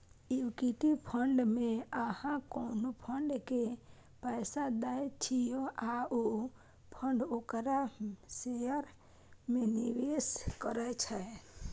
equity fund मे अहां कोनो फंड के पैसा दै छियै आ ओ फंड ओकरा शेयर मे निवेश करै छै